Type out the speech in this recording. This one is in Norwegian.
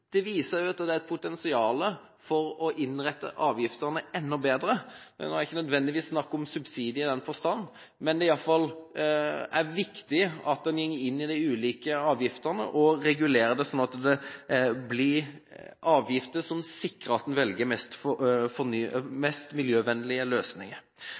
Det viser også at det er et potensial for å innrette avgiftene enda bedre. Det er ikke nødvendigvis snakk om subsidier i den forstand, men det er i hvert fall viktig at man går inn i de ulike avgiftene og regulerer det slik at det blir avgifter som sikrer at man velger de mest